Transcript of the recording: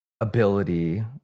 ability